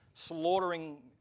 slaughtering